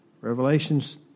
Revelations